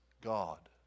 God